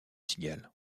cigale